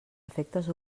efectes